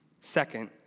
Second